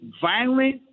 violent